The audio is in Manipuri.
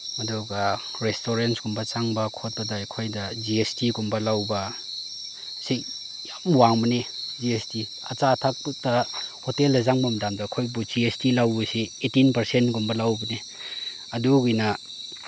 ꯑꯗꯨꯒ ꯔꯦꯁꯇꯨꯔꯦꯟꯁꯒꯨꯝꯕ ꯆꯪꯕ ꯈꯣꯠꯄꯗ ꯑꯩꯈꯣꯏꯗ ꯖꯤ ꯑꯦꯁ ꯇꯤꯒꯨꯝꯕ ꯂꯧꯕ ꯑꯁꯤ ꯌꯥꯝ ꯋꯥꯡꯕꯅꯤ ꯖꯤ ꯑꯦꯁ ꯇꯤ ꯑꯆꯥ ꯑꯊꯛꯇ ꯍꯣꯇꯦꯜꯗ ꯆꯪꯕ ꯃꯇꯝꯗ ꯑꯩꯈꯣꯏꯕꯨ ꯖꯤ ꯑꯦꯁ ꯇꯤ ꯂꯧꯕꯁꯤ ꯑꯩꯠꯇꯤꯟ ꯄꯔꯁꯦꯟꯒꯨꯝꯕ ꯂꯧꯕꯅꯦ ꯑꯗꯨꯒꯤꯅ